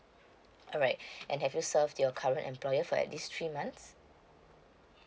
alright and have you serve your current employer for at least three months